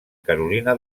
carolina